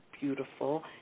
beautiful